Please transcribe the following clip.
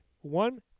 one